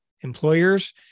employers